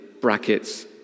brackets